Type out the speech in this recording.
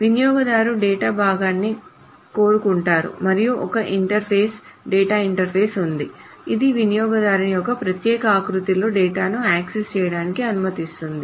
వినియోగదారు డేటా భాగాన్ని కోరుకుంటారు మరియు ఒక ఇంటర్ఫేస్ డేటాబేస్ ఇంటర్ఫేస్ ఉంది అది వినియోగదారుని ఒక ప్రత్యేక ఆకృతి లో డేటాను యాక్సెస్ చేయడానికి అనుమతిస్తుంది